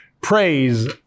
praise